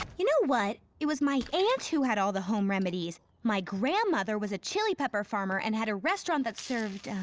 you know what? it was my aunt who had all the home remedies. my grandmother was a chili pepper farmer, and had a restaurant that served.